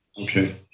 Okay